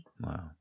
Wow